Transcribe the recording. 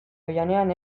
oihanean